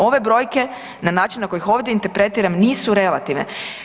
Ove brojke na način na koji ih ovdje interpretiram nisu relativne.